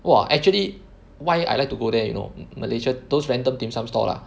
!wah! actually why I like to go there you know Malaysia those random dim sum stall ah